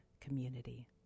community